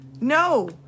No